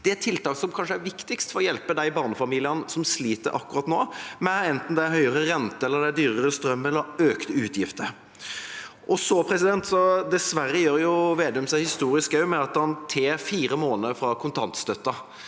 Det er tiltak som kanskje er viktigst for å hjelpe de barnefamiliene som sliter akkurat nå, enten det er med høyere renter, dyrere strøm eller økte utgifter. Dessverre gjør Vedum seg også historisk ved at han tar fire måneder fra kontantstøtten.